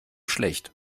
schlecht